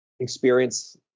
experience